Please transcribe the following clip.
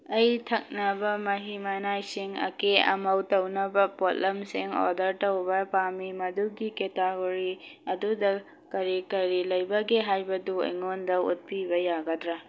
ꯑꯩ ꯊꯛꯅꯕ ꯃꯍꯤ ꯃꯅꯥꯏꯁꯤꯡ ꯑꯀꯦ ꯑꯃꯧ ꯇꯧꯅꯕ ꯄꯣꯠꯂꯝꯁꯤꯡ ꯑꯣꯔꯗꯔ ꯇꯧꯕ ꯄꯥꯝꯃꯤ ꯃꯗꯨꯒꯤ ꯀꯦꯇꯥꯒꯣꯔꯤ ꯑꯗꯨꯗ ꯀꯔꯤ ꯀꯔꯤ ꯂꯩꯕꯒꯦ ꯍꯥꯏꯕꯗꯨ ꯑꯩꯉꯣꯟꯗ ꯎꯠꯄꯤꯕ ꯌꯥꯒꯗ꯭ꯔꯥ